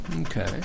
Okay